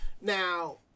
Now